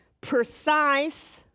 precise